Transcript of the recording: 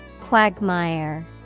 Quagmire